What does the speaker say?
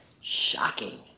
Shocking